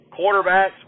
quarterbacks